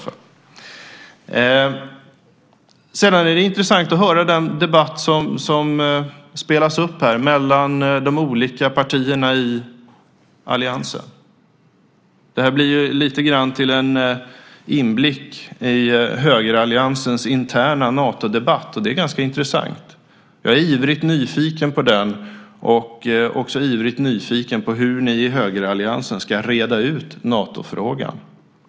Det är intressant att höra den debatt som här spelas upp mellan de olika partierna i alliansen. Detta blir lite grann av en inblick i högeralliansens interna Natodebatt, och det är ganska intressant. Jag är ivrigt nyfiken på den och också ivrigt nyfiken på hur ni i högeralliansen ska reda ut Natofrågan.